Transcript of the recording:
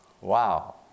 Wow